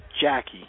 Jackie